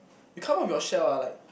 you come out of your shell ah like